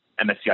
MSCI